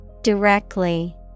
Directly